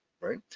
right